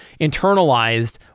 internalized